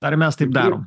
ar mes taip darom